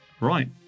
Right